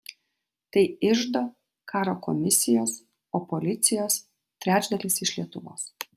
tai iždo karo komisijos o policijos trečdalis iš lietuvos